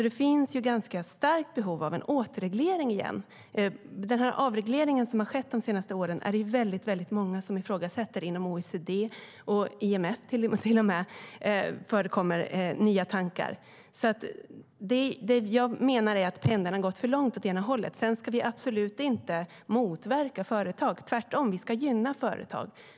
Det finns därför ett starkt behov av en återreglering. Den avreglering som skett de senaste åren är det många inom OECD som ifrågasätter. Till och med inom IMF förekommer det nya tankar. Jag menar att pendeln har svängt för långt åt ena hållet. Vi ska absolut inte motarbeta företag. Tvärtom ska vi gynna företag.